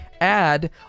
add